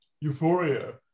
euphoria